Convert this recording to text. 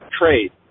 trade